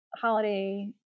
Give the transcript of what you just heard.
holiday